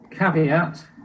caveat